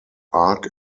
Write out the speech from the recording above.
ark